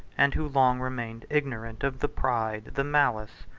and who long remained ignorant of the pride, the malice,